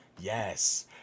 yes